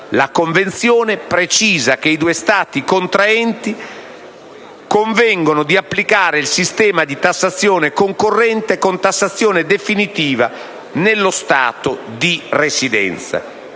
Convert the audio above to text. La Convenzione precisa che i due Stati contraenti convengono di applicare il sistema di tassazione concorrente, con tassazione definitiva nello Stato di residenza.